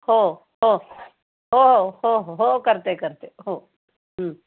हो हो हो हो हो हो हो करते करते हो